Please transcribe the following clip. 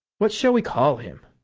what shall we call him?